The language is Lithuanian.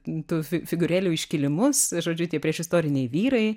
tų fi figūrėlių iškilimus žodžiu tie priešistoriniai vyrai